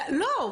לא,